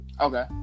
Okay